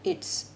it's